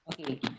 Okay